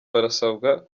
barasabwa